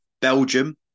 Belgium